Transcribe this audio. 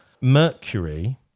Mercury